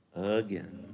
again